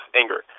anger